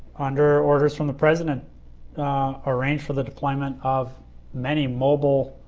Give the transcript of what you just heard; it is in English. under orders from the president arranged for the deployment of many mobile